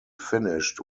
finished